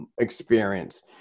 experience